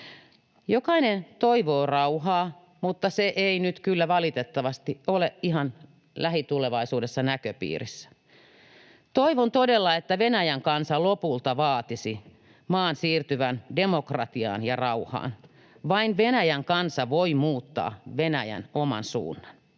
Jokainen toivoo rauhaa, mutta se ei nyt kyllä valitettavasti ole ihan lähitulevaisuudessa näköpiirissä. Toivon todella, että Venäjän kansa lopulta vaatisi maan siirtyvän demokratiaan ja rauhaan. Vain Venäjän kansa voi muuttaa Venäjän oman suunnan.